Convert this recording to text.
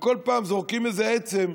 וכל פעם זורקים איזו עצם,